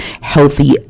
healthy